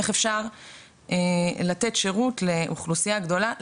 איך אפשר לתת שירות לאוכלוסייה גדולה,